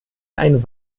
ein